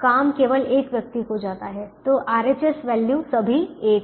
काम केवल एक व्यक्ति को जाता है तो RHS वैल्यू सभी 1 हैं